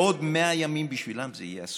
בעוד 100 ימים בשבילם זה יהיה הסוף.